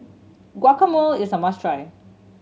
guacamole is a must try